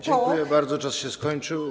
Dziękuję bardzo, czas się skończył.